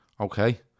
Okay